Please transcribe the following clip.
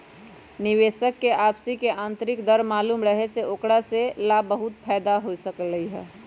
निवेशक स के वापसी के आंतरिक दर मालूम रहे से ओकरा स ला बहुते फाएदा हो सकलई ह